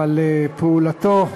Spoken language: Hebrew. אבל פעולתו,